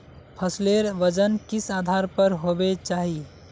फसलेर वजन किस आधार पर होबे चही?